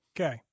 Okay